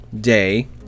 day